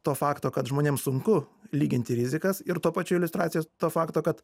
to fakto kad žmonėms sunku lyginti rizikas ir tuo pačiu iliustracija to fakto kad